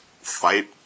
Fight